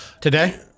today